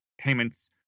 payments